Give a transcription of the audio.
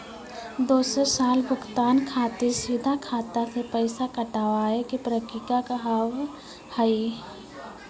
दोसर साल भुगतान खातिर सीधा खाता से पैसा कटवाए के प्रक्रिया का हाव हई?